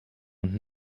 und